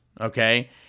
okay